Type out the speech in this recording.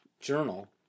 journal